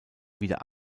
wieder